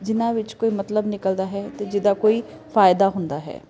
ਜਿਹਨਾਂ ਵਿੱਚ ਕੋਈ ਮਤਲਬ ਨਿਕਲਦਾ ਹੈ ਅਤੇ ਜਿਹਦਾ ਕੋਈ ਫਾਇਦਾ ਹੁੰਦਾ ਹੈ